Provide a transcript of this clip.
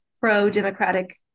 pro-democratic